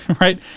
right